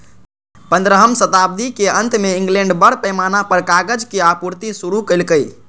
पंद्रहम शताब्दीक अंत मे इंग्लैंड बड़ पैमाना पर कागजक आपूर्ति शुरू केलकै